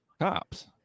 cops